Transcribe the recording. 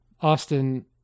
Austin